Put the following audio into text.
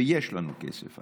ויש לנו כסף,